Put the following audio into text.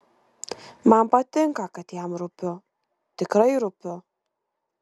man patinka kad jam rūpiu tikrai rūpiu